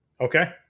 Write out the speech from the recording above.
okay